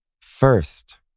First